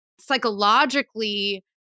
psychologically